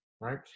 right